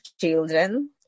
children